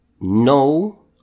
No